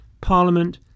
Parliament